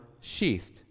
sheathed